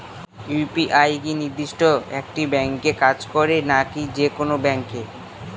UPI কি নির্দিষ্ট একটি ব্যাংকে কাজ করে নাকি যে কোনো ব্যাংকে?